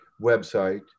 website